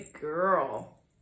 girl